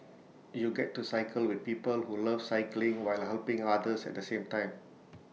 you get to cycle with people who love cycling while helping others at the same time